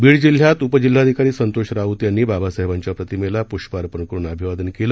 बीड जिल्ह्यात उपजिल्हाधिकारी संतोष राऊत यांनी बाबासाहेबांच्या प्रतिमेला प्ष्प अर्पण करून अभिवादन केलं